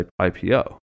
IPO